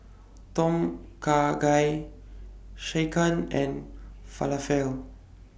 Tom Kha Gai Sekihan and Falafel